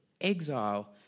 exile